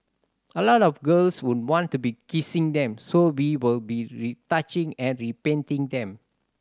a lot of girls would want to be kissing them so we will be retouching and repainting them